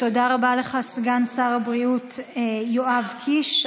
תודה רבה לך, סגן שר הבריאות יואב קיש.